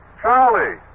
Charlie